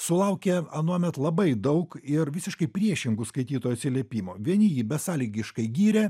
sulaukė anuomet labai daug ir visiškai priešingų skaitytojų atsiliepimų vieni jį besąlygiškai gyrė